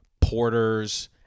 porters